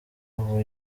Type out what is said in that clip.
ubu